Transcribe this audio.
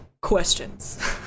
questions